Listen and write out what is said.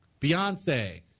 Beyonce